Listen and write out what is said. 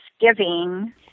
Thanksgiving